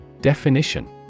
Definition